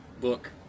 book